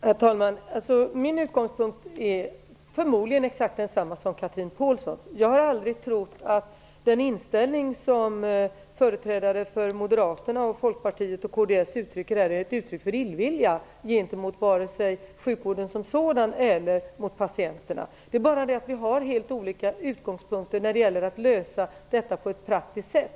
Herr talman! Min utgångspunkt är förmodligen exakt densamma som Chatrine Pålssons. Jag har aldrig trott att den inställning som företrädare för Moderaterna, Folkpartiet och kds har är ett uttryck för illvilja gentemot vare sig sjukvården som sådan eller patienterna. Det är bara det att vi har helt olika utgångspunkter när det gäller att lösa problemet på ett praktiskt sätt.